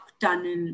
tunnel